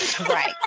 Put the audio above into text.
Right